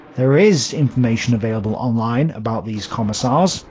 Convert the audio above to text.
there is information available online about these commissars.